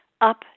up